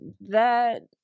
that-